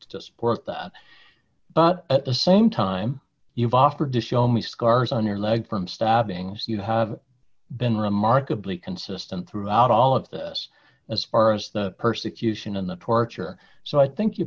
to support the but at the same time you've offered to show me scars on your leg from stabbing you have been remarkably consistent throughout all of this as far as the persecution and the torture so i think you